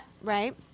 Right